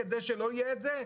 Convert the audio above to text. כדי שלא יהיה את זה?